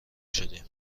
شدیم